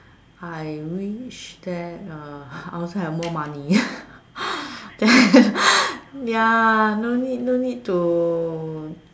I wish that uh I also have more money ya no need no need to